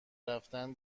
رفتن